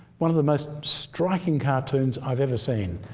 one of the most striking cartoons i've ever seen.